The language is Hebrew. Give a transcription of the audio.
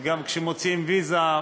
וגם כשמוציאים ויזה,